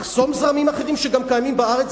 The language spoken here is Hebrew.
לחסום זרמים אחרים שגם בארץ,